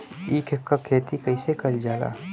ईख क खेती कइसे कइल जाला?